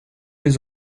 les